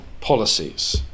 policies